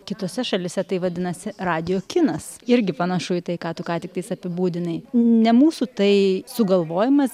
kitose šalyse tai vadinasi radijo kinas irgi panašu į tai ką tu ką tiktais apibūdinai ne mūsų tai sugalvojimas